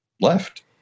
left